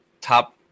top